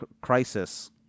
crisis